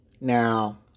Now